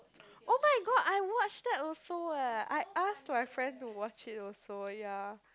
oh-my-god I watched that also eh I asked my friend to watch it also ya